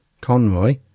Conroy